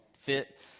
fit